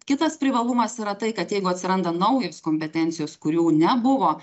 kitas privalumas yra tai kad jeigu atsiranda naujos kompetencijos kurių nebuvo